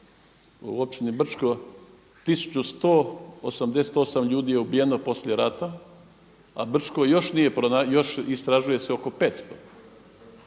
u općini Brčko, 1188 ljudi je ubijeno poslije rata a Brčko još nije pronađeno,